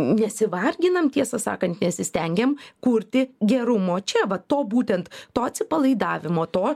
nesivarginam tiesą sakant nesistengiam kurti gerumo čia vat to būtent to atsipalaidavimo to